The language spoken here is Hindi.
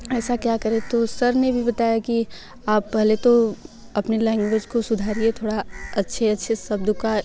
ऐसा क्या करें तो सर ने भी बताया कि आप पहले तो अपने लैंगवेज को सुधारिए थोड़ा अच्छे अच्छे शब्द का